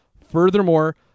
furthermore